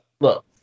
Look